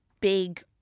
big